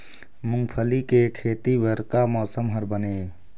मूंगफली के खेती बर का मौसम हर बने ये?